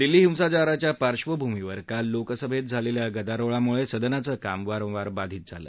दिल्ली हिंसाचाराच्या पार्क्षभूमीवर काल लोकसभेत झालेल्या गदारोळामुळे सदनाचं काम वारंवार बाधीत झालं